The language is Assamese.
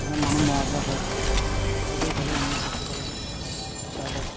মানে মানুহ মৰা যেন হৈ যায় অত্যাধিক হ'লে আমি কি কৰিব লাগে চিকিৎসালয়ত